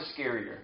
scarier